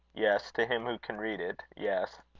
yes to him who can read it yes.